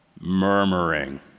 Murmuring